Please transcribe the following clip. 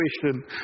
question